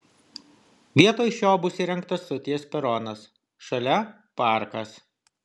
vietoj šio bus įrengtas stoties peronas šalia parkas